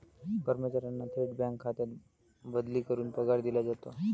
कर्मचाऱ्यांना थेट बँक खात्यात बदली करून पगार दिला जातो